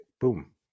Boom